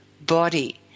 body